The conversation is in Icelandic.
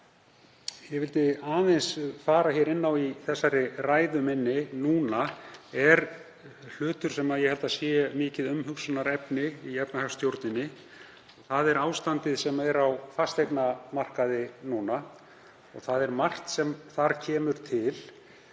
ég vildi aðeins fara inn á í þessari ræðu er hlutur sem ég held að sé mikið umhugsunarefni í efnahagsstjórninni. Það er ástandið sem er á fasteignamarkaði núna. Þar er margt sem kemur til.